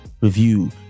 review